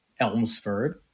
Elmsford